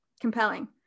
Compelling